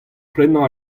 prenañ